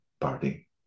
party